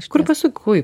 kur paskui